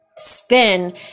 Spin